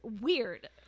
weird